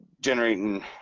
generating